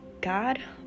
God